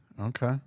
Okay